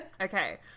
Okay